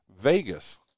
Vegas